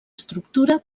estructura